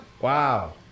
Wow